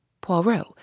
Poirot